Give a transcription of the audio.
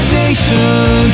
nation